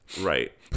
right